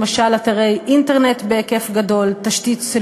למשל אתרי אינטרנט בהיקף גדול,